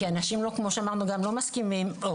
כי, כמו שאמרנו, אנשים גם לא מסכימים.